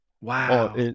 Wow